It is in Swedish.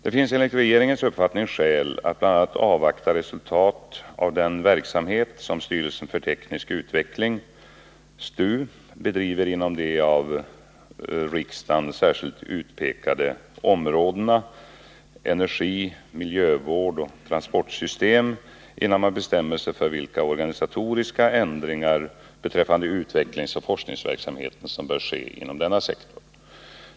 Det finns enligt regeringens uppfattning skäl att bl.a. avvakta resultat av den verksamhet som styrelsen för teknisk utveckling bedriver inom de av riksdagen särskilt utpekade områdena energi, miljövård och transportsystem, innan man bestämmer sig för vilka organisatoriska ändringar beträffande utvecklingsoch forskningsverksamheten som bör göras inom denna sektor.